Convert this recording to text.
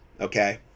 okay